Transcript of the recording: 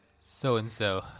So-and-so